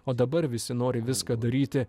o dabar visi nori viską daryti